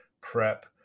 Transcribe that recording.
prep